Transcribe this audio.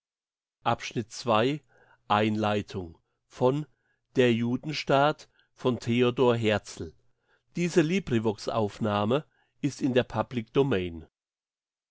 papstes in der